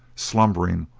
slumbering,